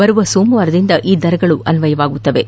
ಬರುವ ಸೋಮವಾರದಿಂದ ಈ ದರಗಳು ಅನ್ತಯವಾಗಲಿವೆ